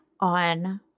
on